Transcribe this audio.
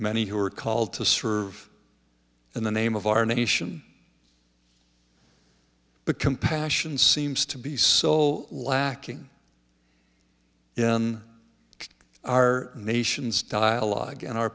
many who are called to serve in the name of our nation the compassion seems to be so lacking in our nation's dialogue and our